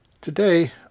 Today